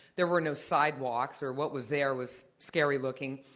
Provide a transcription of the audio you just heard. there were no sidewalks. or what was there was scary-looking.